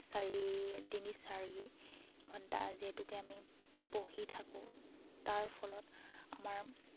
চাৰি তিনি চাৰি ঘণ্টা যিহেতুকে আমি বহি থাকোঁ তাৰ ফলত আমাৰ